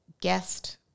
guest